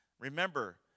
Remember